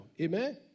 Amen